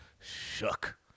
shook